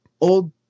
old